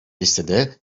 listede